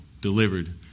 delivered